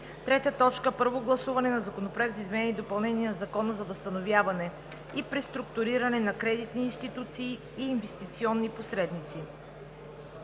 2019 г. 3. Първо гласуване на Законопроект за изменение и допълнение на Закона за възстановяване и преструктуриране на кредитни институции и инвестиционни посредници.